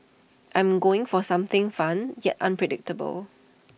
I'm going for something fun yet unpredictable